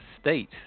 states